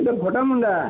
ଇଟା ଖଟା ମୁଣ୍ଡା